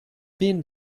been